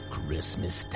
Christmas